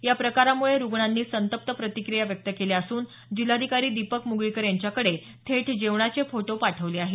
या प्रकारामुळे रुग्णांनी संतप्त प्रतिक्रिया व्यक्त केल्या असून जिल्हाधिकारी दीपक म्गळीकर यांच्याकडे थेट जेवणाचे फोटो पाठवले आहेत